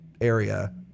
area